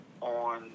on